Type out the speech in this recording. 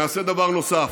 נעשה דבר נוסף: